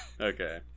Okay